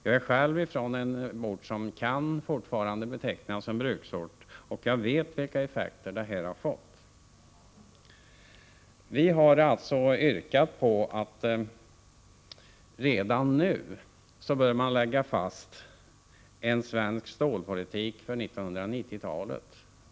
Jag är själv från en ort som fortfarande kan betecknas som bruksort, och jag vet vilka effekter detta har fått. Vi har alltså påyrkat att man redan nu skall lägga fast en svensk stålpolitik för 1990-talet.